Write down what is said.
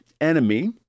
enemy